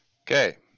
Okay